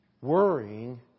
worrying